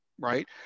right